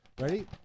Ready